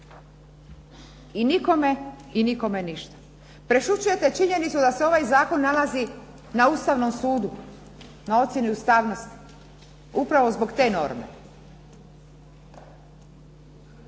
dijelu. I nikome ništa. Prešućujete činjenicu da se ovaj zakon nalazi na Ustavnom sudu, na ocjeni ustavnosti upravo zbog te norme.